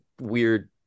weird